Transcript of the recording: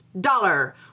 Dollar